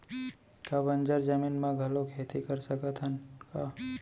का बंजर जमीन म घलो खेती कर सकथन का?